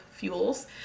fuels